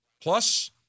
Plus